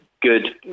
good